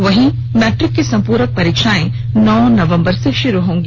वहीं मैट्रिक की संपूरक परीक्षाएं नौ नवंबर से शुरू होगी